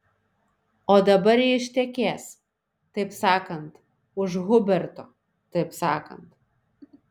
o dabar ji ištekės taip sakant už huberto taip sakant